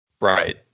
Right